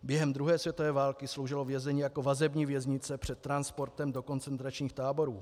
Během druhé světové války sloužilo vězení jako vazební věznice před transportem do koncentračních táborů.